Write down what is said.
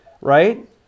Right